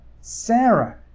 Sarah